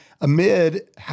amid